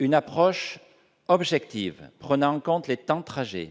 Une approche objective, prenant en compte les temps de trajet